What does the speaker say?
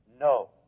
No